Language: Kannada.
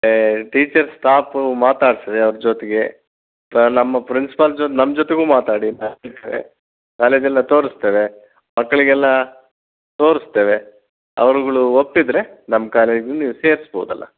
ಟೀಚರ್ಸ್ ಸ್ಟಾಫು ಮಾತಾಡ್ಸಿರಿ ಅವ್ರ ಜೊತೆಗೆ ಸೊ ನಮ್ಮ ಪ್ರಿನ್ಸಿಪಾಲ್ ಜೊ ನಮ್ಮ ಜೊತೆಗೂ ಮಾತಾಡಿ ಕಾಲೇಜೆಲ್ಲ ತೋರಿಸ್ತೇವೆ ಮಕ್ಕಳಿಗೆಲ್ಲ ತೋರಿಸ್ತೇವೆ ಅವರುಗಳು ಒಪ್ಪಿದರೆ ನಮ್ಮ ಕಾಲೇಜಲ್ಲಿ ಸೇರಿಸ್ಬೋದಲ್ಲ